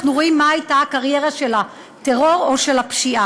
אנחנו רואים מה הייתה הקריירה של הטרור או של הפשיעה.